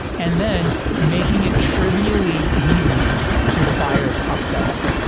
and then making it trivially easy for the buyer to upsell,